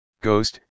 Ghost